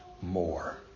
more